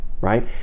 right